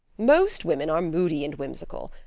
most women are moody and whimsical.